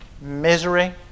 misery